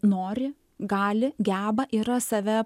nori gali geba yra save